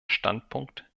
standpunkt